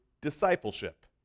discipleship